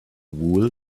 wool